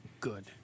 good